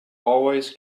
always